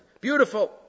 Beautiful